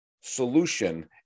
solution